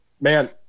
Man